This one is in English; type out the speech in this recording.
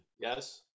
Yes